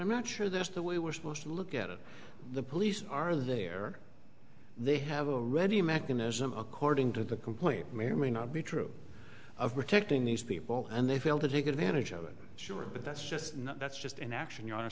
i'm not sure that's the way we're supposed to look at it the police are there they have already a mechanism according to the complaint may or may not be true of protecting these people and they fail to take advantage of it sure but that's just not that's just an action you are